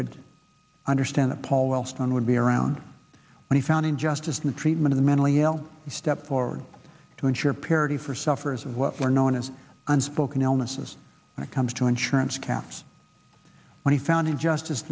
could understand that paul wellstone would be around when he found injustice in the treatment of the mentally ill he stepped forward to ensure parity for sufferers of what were known as unspoken illnesses comes to insurance caps when he found him just